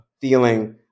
feeling